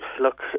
look